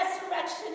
resurrection